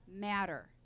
matter